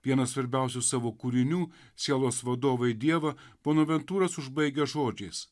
vienas svarbiausių savo kūrinių sielos vadovą į dievą bonaventūras užbaigia žodžiais